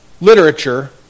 literature